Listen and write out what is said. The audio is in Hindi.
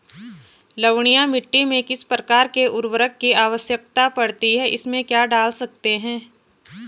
लवणीय मिट्टी में किस प्रकार के उर्वरक की आवश्यकता पड़ती है इसमें क्या डाल सकते हैं?